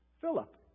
Philip